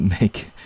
make